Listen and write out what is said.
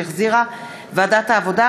שהחזירה ועדת העבודה,